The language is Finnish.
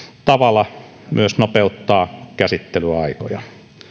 tavalla myös nopeuttaa käsittelyaikoja